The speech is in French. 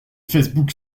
facebook